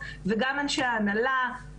גם אנשי ההנהלה,